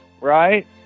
Right